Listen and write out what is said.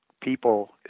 people